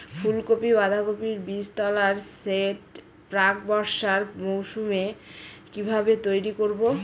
ফুলকপি বাধাকপির বীজতলার সেট প্রাক বর্ষার মৌসুমে কিভাবে তৈরি করব?